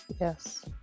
Yes